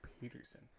Peterson